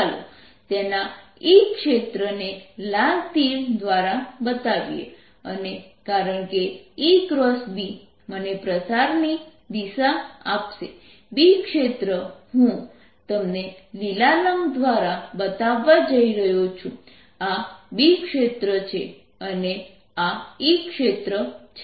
ચાલો તેના E ક્ષેત્ર ને લાલ તીર દ્વારા બતાવીએ અને કારણકે EB મને પ્રસારની દિશા આપશે B ક્ષેત્ર હું તમને લીલા રંગ દ્વારા બતાવવા જઈ રહ્યો છું આ B ક્ષેત્ર છે અને આ E ક્ષેત્ર છે